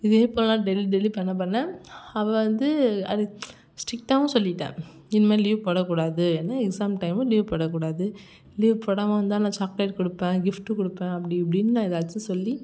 இதேபோல் நான் daily daily பண்ண பண்ண அவள் வந்து அது ஸ்ட்ரிக்டாகவும் சொல்லிட்டேன் இனிமேல் லீவ் போடக்கூடாதுன்னு எக்ஸாம் டைமு லீவ் போடக்கூடாது லீவ் போடாமல் வந்தால் நான் சாக்லேட் கொடுப்பேன் கிஃப்ட்டு கொடுப்பேன் அப்படி இப்படின்னு நான் ஏதாச்சும் சொல்லி